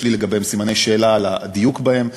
לי לגביהן סימני שאלה על הדיוק בהן,